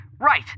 Right